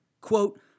quote